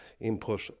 input